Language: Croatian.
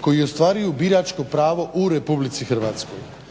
koji ostvaruju biračko pravo u RH. u članku